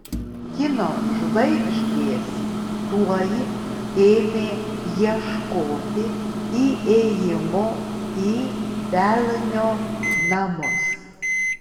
kino žvaigždės tuoj ėmė ieškoti įėjimo į velnio namus